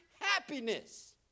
happiness